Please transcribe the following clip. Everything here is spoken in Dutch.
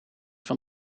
van